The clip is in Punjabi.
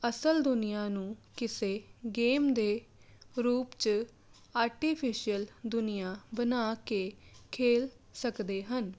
ਅਸਲ ਦੁਨੀਆ ਨੂੰ ਕਿਸੇ ਗੇਮ ਦੇ ਰੂਪ 'ਚ ਆਰਟੀਫਿਸ਼ੀਅਲ ਦੁਨੀਆ ਬਣਾ ਕੇ ਖੇਡ ਸਕਦੇ ਹਨ